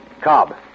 Cobb